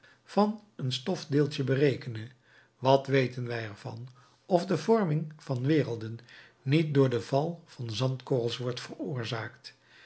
van een stofdeeltje berekenen wat weten wij er van of de vorming van werelden niet door den val van zandkorrels wordt veroorzaakt